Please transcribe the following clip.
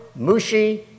Mushi